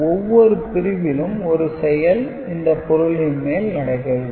ஒவ்வொரு பிரிவிலும் ஒரு செயல் இந்த பொருளின் மேல் நடக்கிறது